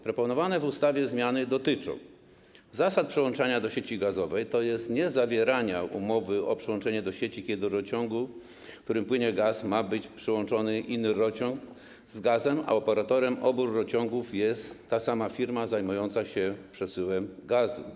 Proponowane w ustawie zmiany dotyczą zasad przyłączania do sieci gazowej, tj. niezawierania umowy o przyłączenie do sieci, kiedy do rurociągu, którym płynie gaz, ma być przyłączony inny rurociąg z gazem, a operatorem obu rurociągów jest ta sama firma zajmująca się przesyłem gazu.